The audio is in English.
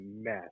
mess